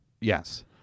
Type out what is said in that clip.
Yes